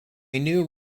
new